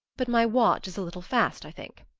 but my watch is a little fast, i think.